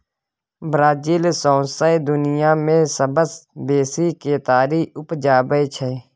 Brazil सौंसे दुनियाँ मे सबसँ बेसी केतारी उपजाबै छै